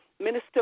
minister